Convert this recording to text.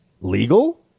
legal